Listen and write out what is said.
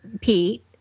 Pete